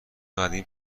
قدیم